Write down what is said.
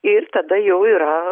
ir tada jau yra